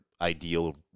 ideal